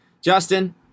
Justin